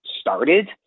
started